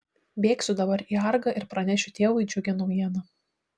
bėgsiu dabar į argą ir pranešiu tėvui džiugią naujieną